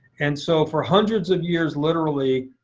and so for hundreds of years, literally,